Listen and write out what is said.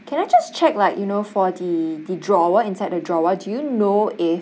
can I just check like you know for the the drawer inside the drawer do you know if